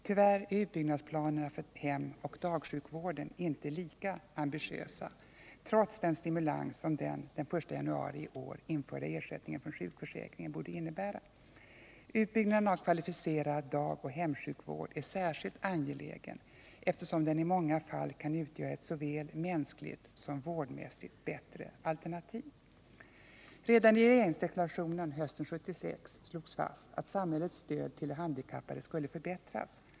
Tyvärr är utbyggnadsplanerna för hemoch dagsjukvården inte lika ambitiösa, trots den stimulans som den den 1 januari i år införda ersättningen från sjukförsäkringen borde innebära. Utbyggnaden av kvalificerad dagoch hemsjukvård är särskilt angelägen, eftersom den i många fall kan utgöra ett såväl mänskligt som vårdmässigt bättre alternativ. Redan i regeringsdeklarationen hösten 1976 slogs fast att samhällets stöd till de handikappade skulle förbättras.